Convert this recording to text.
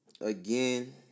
Again